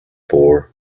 four